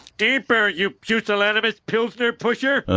deeper you pusillanimous pilsner pusher!